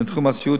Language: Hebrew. בתחום הסיעוד,